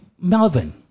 Melvin